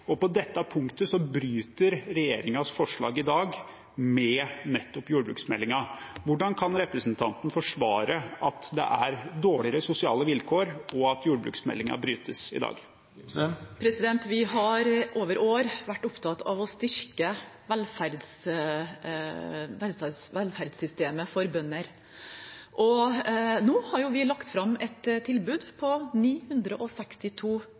På dette punktet bryter regjeringens forslag i dag med nettopp jordbruksmeldingen. Hvordan kan representanten forsvare at det er dårligere sosiale vilkår, og at jordbruksmeldingen brytes i dag? Vi har over år vært opptatt av å styrke velferdssystemet for bønder. Nå har vi lagt fram et tilbud på 962